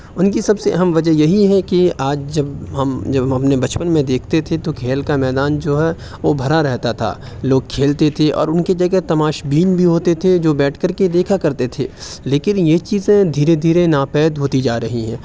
ان کی سب سے اہم وجہ یہی ہے کہ آج جب ہم جب ہم اپنے بچپن میں دیکھتے تھے تو کھیل کا میدان جو ہے وہ بھرا رہتا تھا لوگ کھیلتے تھے اور ان کے جگہ تماش بین بھی ہوتے تھے جو بیٹھ کر کے دیکھا کرتے تھے لیکن یہ چیزیں دھیرے دھیرے ناپید ہوتی جا رہی ہیں